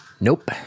Nope